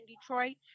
Detroit